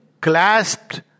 clasped